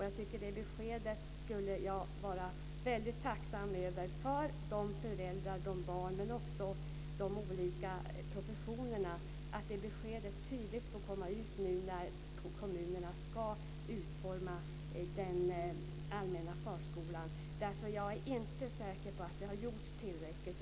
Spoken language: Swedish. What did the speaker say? Jag skulle vara väldigt tacksam om det beskedet gavs tydligt till föräldrar, barn och olika professioner när kommunerna ska utforma den allmänna förskolan, därför att jag är inte säker på att det har gjorts tillräckligt.